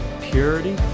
purity